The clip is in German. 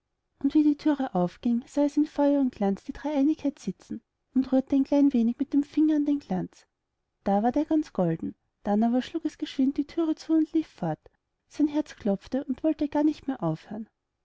und wie die thüre aufging sah es in feuer und glanz die dreieinigkeit sitzen und rührte ein klein wenig mit dem finger an den glanz da ward er ganz golden dann aber schlug es geschwind die thüre zu und lief fort sein herz klopfte und wollte gar nicht wieder aufhören